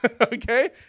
Okay